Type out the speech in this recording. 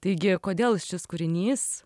taigi kodėl šis kūrinys